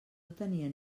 tenien